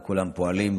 כולם פועלים,